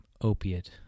opiate